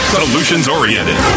solutions-oriented